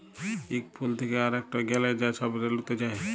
ইক ফুল থ্যাকে আরেকটয় গ্যালে যা ছব রেলুতে যায়